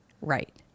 Right